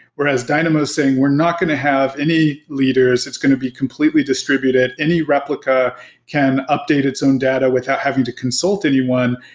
whereas dynamo saying, we're not going to have any leaders. it's going to be completely distributed. any replica can update its own data without having to consult anyone,